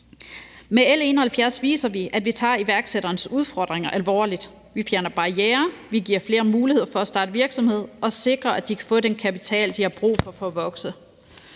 Med L 71 viser vi, at vi tager iværksætternes udfordringer alvorligt. Vi fjerner barrierer, vi giver flere muligheder for at starte virksomhed og sikrer, at de kan få den kapital, de har brug for, for at vokse.